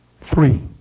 Three